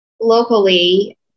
locally